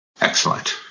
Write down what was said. Excellent